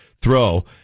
throw